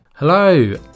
Hello